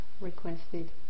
requested